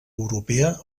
europea